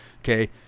okay